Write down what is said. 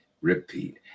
repeat